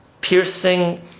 piercing